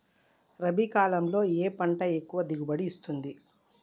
రబీ కాలంలో ఏ పంట ఎక్కువ దిగుబడి ఇస్తుంది?